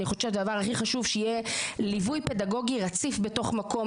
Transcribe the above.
אני חושבת שהדבר הכי חשוב שיהיה ליווי פדגוגי רציף בתוך מקום,